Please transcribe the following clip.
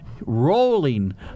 rolling